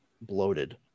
bloated